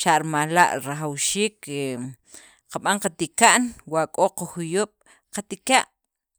xa' rimal la' rajawxiik qab'an ke qatika'n, wa' k'o qajuyub' qatikiya'.